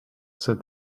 said